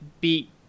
beat